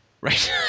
right